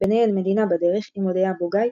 ביניהן "מדינה בדרך" עם אודיה בוגאי,